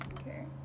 Okay